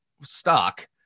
stock